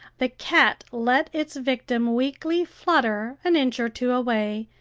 the cat let its victim weakly flutter an inch or two away,